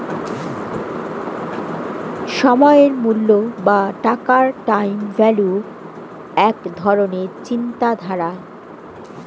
সময়ের মূল্য বা টাকার টাইম ভ্যালু এক ধরণের চিন্তাধারা